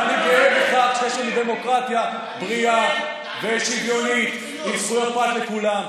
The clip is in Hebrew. ואני גאה בכך שיש לנו דמוקרטיה בריאה ושוויונית עם זכויות פרט לכולם.